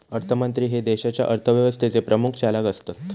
अर्थमंत्री हे देशाच्या अर्थव्यवस्थेचे प्रमुख चालक असतत